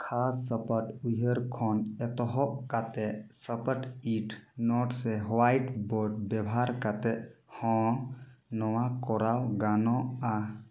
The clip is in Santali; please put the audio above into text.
ᱠᱷᱟᱥ ᱥᱚᱯᱚᱴ ᱩᱭᱦᱟᱹᱨ ᱠᱷᱚᱱ ᱮᱛᱚᱦᱚᱵ ᱠᱟᱛᱮ ᱥᱟᱯᱟᱴ ᱤᱴ ᱱᱳᱴ ᱥᱮ ᱦᱚᱣᱟᱭᱤᱴ ᱵᱳᱰ ᱵᱮᱵᱷᱟᱨ ᱠᱟᱛᱮ ᱦᱚᱸ ᱱᱚᱣᱟ ᱠᱚᱨᱟᱣ ᱜᱟᱱᱚᱜᱼᱟ